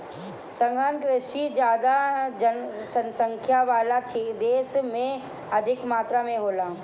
सघन कृषि ज्यादा जनसंख्या वाला देश में अधिक मात्रा में होला